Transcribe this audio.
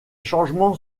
changements